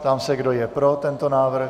Ptám se, kdo je pro tento návrh.